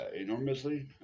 enormously